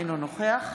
אינו נוכח